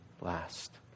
last